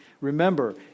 Remember